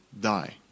die